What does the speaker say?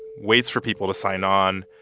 waits for people to sign on.